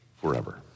forever